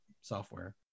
software